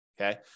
Okay